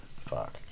Fuck